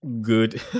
good